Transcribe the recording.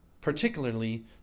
particularly